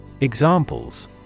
Examples